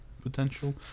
potential